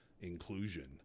inclusion